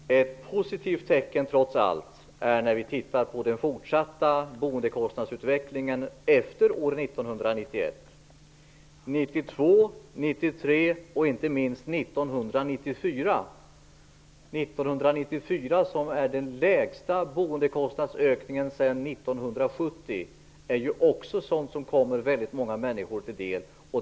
Herr talman! Ett positivt tecken ser vi trots allt när vi tittar på boendekostnadsutvecklingen efter 1991. 1994 har vi den minsta boendekostnadsökningen sedan 1970. Det är ju också sådant som kommer väldigt många människor till del.